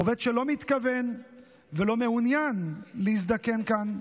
עובד שלא מתכוון ולא מעוניין להזדקן כאן,